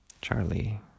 Charlie